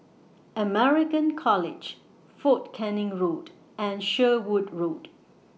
American College Fort Canning Road and Sherwood Road